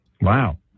wow